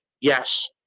Yes